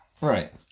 Right